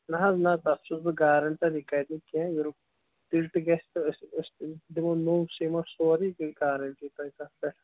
نہَ حظ نہَ تَتھ چھُس بہٕ گارَنٹَر یہِ کَرِ نہٕ کیٚنٛہہ یہِ رُکہِ تیٚلہِ تہِ گژھِ تہٕ أسۍ أسۍ دِمو نوٚو سیٖمَٹ سورُے یہِ گٔیہِ گارَنٹی تۄہہِ تَتھ پٮ۪ٹھ